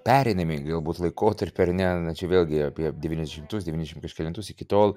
pereinamąjį galbūt laikotarpį ar ne na čia vėlgi apie devyniasdešimtus devyniasdešimt kažkelintus iki tol